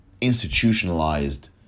institutionalized